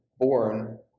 born